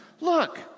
Look